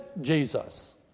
Jesus